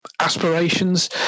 Aspirations